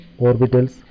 orbitals